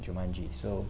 jumanji so